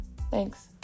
Thanks